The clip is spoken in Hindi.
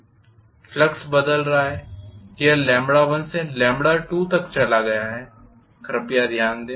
फ्लक्स बदल रहा है यह 1 से 2तक चला गया है कृपया ध्यान दें